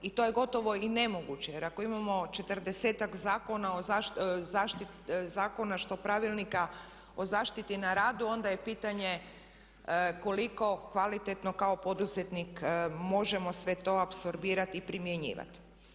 I to je gotovo i nemoguće jer ako imamo 40-ak zakona što pravilnika o zaštiti na radu onda je pitanje koliko kvalitetno kao poduzetnik možemo sve to apsorbirati i primjenjivati.